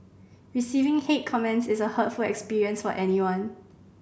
receiving hate comments is a hurtful experience for anyone